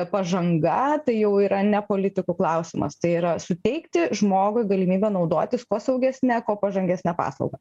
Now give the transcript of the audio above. pažanga tai jau yra ne politikų klausimas tai yra suteikti žmogui galimybę naudotis kuo saugesne kuo pažangesne paslauga